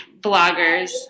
bloggers